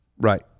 right